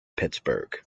pittsburgh